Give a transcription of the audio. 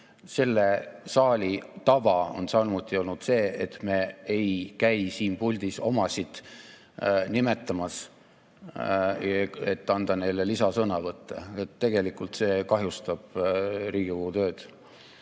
Selle saali tava on samuti olnud see, et me ei käi siin puldis omasid nimetamas, et anda neile lisasõnavõtte. Tegelikult see kahjustab Riigikogu tööd.